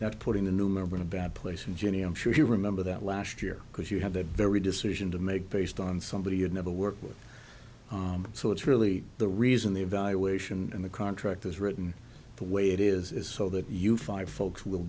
that putting a new member in a bad place and jenny i'm sure you remember that last year because you had a very decision to make based on somebody had never worked with so it's really the reason the evaluation in the contract is written the way it is is so that you find folks w